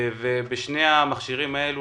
בשני המכשירים האלה,